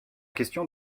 question